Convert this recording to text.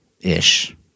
ish